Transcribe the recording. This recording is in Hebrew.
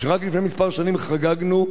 רק לפני כמה שנים חגגנו,